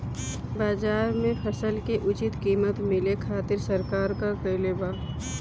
बाजार में फसल के उचित कीमत मिले खातिर सरकार का कईले बाऽ?